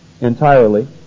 entirely